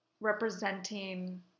representing